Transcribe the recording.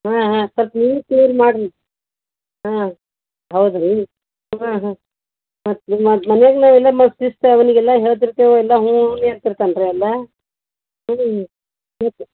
ಹಾಂ ಹಾಂ ಸ್ವಲ್ಪ ನೀವು ಸೇರಿ ಮಾಡಿರಿ ಹಾಂ ಹೌದು ರೀ ಹಾಂ ಹಾಂ ಮತ್ತೆ ನಾವು ಮತ್ತೆ ಮನ್ಯಾಗೆ ನಾವು ಏನಾರು ಮಾ ಶಿಸ್ತು ಅವ್ನಿಗೆ ಎಲ್ಲ ಹೇಳ್ತ ಇರ್ತೇವು ಎಲ್ಲ ಹ್ಞೂ ಹ್ಞೂನೀ ಅಂತ ಇರ್ತಾನೆ ರೀ ಎಲ್ಲ